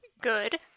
Good